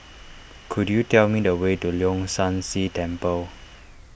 could you tell me the way to Leong San See Temple